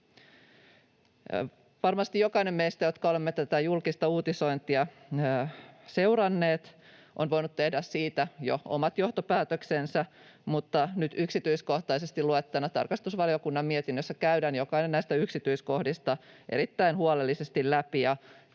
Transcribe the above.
Varmasti jokainen meistä, joka on tätä julkista uutisointia seurannut, on voinut tehdä siitä jo omat johtopäätöksensä, mutta nyt tarkastusvaliokunnan mietinnössä käydään jokainen näistä yksityiskohdista erittäin huolellisesti läpi,